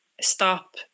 stop